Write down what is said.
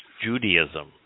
Judaism